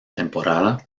temporada